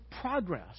progress